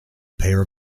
pair